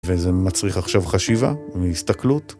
וזה מצריך עכשיו חשיבה והסתכלות.